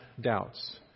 doubts